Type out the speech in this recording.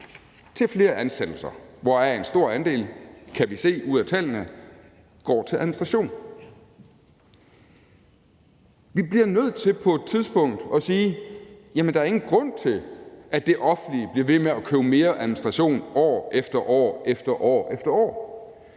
til flere ansættelser, hvoraf en stor andel, kan vi se ud af tallene, går til administration. Vi bliver nødt til på et tidspunkt at sige: Jamen der er ingen grund til, at det offentlige bliver ved med at købe mere administration år efter år. Når vi så